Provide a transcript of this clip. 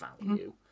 value